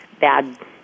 bad